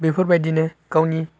बेफोर बायदिनो गावनि